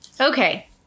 okay